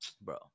Bro